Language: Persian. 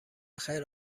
خیر